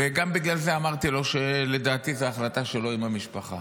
בגלל זה גם אמרתי לו שלדעתי זו החלטה שלו עם המשפחה.